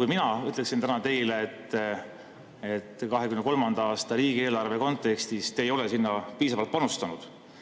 Kui mina ütleksin teile, et 2023. aasta riigieelarve kontekstis te ei ole sinna piisavalt panustanud,